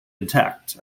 intact